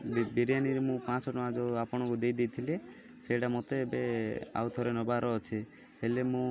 ବିରିୟାନୀରେ ମୁଁ ପାଞ୍ଚଶହ ଟଙ୍କା ଯେଉଁ ଆପଣଙ୍କୁ ଦେଇଦେଇଥିଲି ସେଇଟା ମୋତେ ଏବେ ଆଉ ଥରେ ନବାର ଅଛି ହେଲେ ମୁଁ